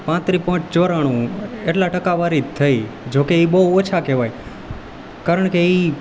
પાંત્રીસ પોઈન્ટ ચોરાણું એટલા ટકાવારીજ થઈ જોકે ઈ બઉ ઓછા કેવાય કારણ ઈ